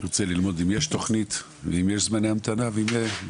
רוצה ללמוד אם יש תוכנית ואם יש זמני המתנה ואם